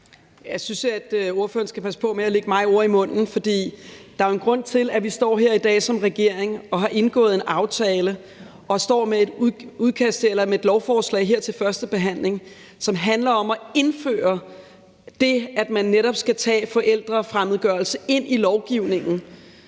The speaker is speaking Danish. Jeg synes, at ordføreren skal passe på med at lægge mig ord i munden. For der er jo en grund til, at vi står her i dag som regering og har indgået en aftale, og at vi her står med et lovforslag til førstebehandling, som handler om at indføre det, at man netop skal tage forældrefremmedgørelse med ind i lovgivningen.